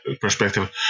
perspective